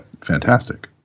fantastic